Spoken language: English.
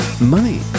Money